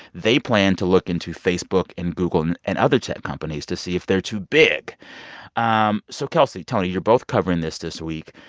they plan to look into facebook and google and and other tech companies to see if they're too big um so kelsey, tony, you're both covering this this week.